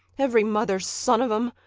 every mother's son of em!